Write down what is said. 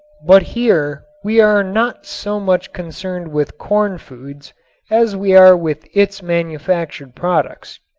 but here we are not so much concerned with corn foods as we are with its manufactured products.